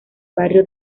barrio